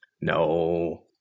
No